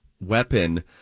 weapon